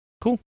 Cool